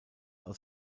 aus